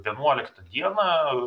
vienuoliktą dieną